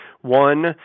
One